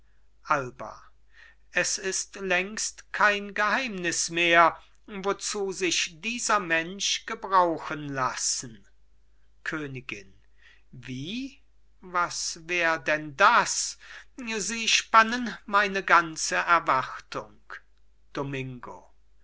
alba es ist längst kein geheimnis mehr wozu sich dieser mensch gebrauchen lassen königin wie was wär denn das sie spannen meine ganze erwartung domingo